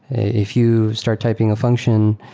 if you start typing a function,